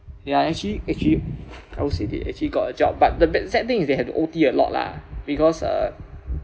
ya actually actually I was actually actually got a job but the bad sad thing is they have to O_T a lot lah because uh